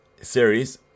series